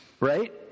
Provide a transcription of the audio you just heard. right